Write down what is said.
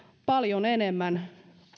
paljon enemmän